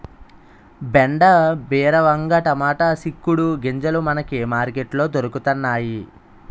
బెండ బీర వంగ టమాటా సిక్కుడు గింజలు మనకి మార్కెట్ లో దొరకతన్నేయి